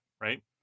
right